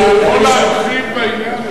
אני כבר מסיים.